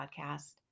podcast